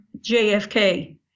JFK